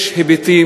יש היבטים